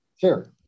Sure